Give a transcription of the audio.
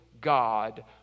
God